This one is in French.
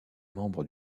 membres